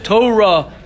Torah